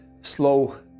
slow